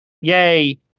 Yay